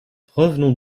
revenons